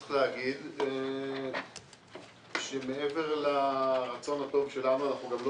צריך להגיד שמעבר לרצון הטוב שלנו אנחנו גם לא